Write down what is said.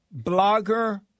blogger